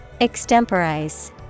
Extemporize